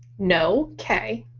know, k.